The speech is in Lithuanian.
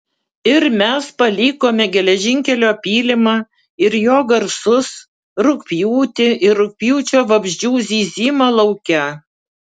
ir mes palikome geležinkelio pylimą ir jo garsus rugpjūtį ir rugpjūčio vabzdžių zyzimą lauke